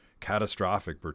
catastrophic